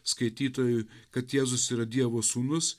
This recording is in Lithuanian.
skaitytojui kad jėzus yra dievo sūnus